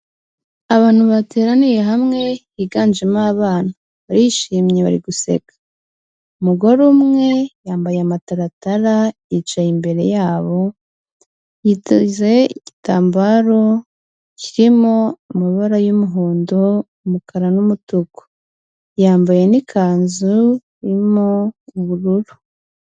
Abantu bateraniye hamwe higanjemo abana, barishimye, bari guseka, umugore umwe yambaye amataratara, yicaye imbere yabo, yiteze igitambaro kirimo amabara y'umuhondo, umukara n'umutuku, yambaye n'ikanzu irimo ubururu.